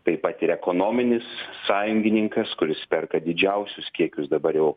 taip pat ir ekonominis sąjungininkas kuris perka didžiausius kiekius dabar jau